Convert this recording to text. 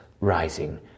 rising